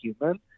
human